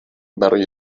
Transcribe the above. برای